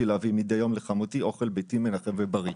להביא מדי יום לחמותי אוכל ביתי מנחם ובריא".